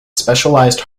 specialized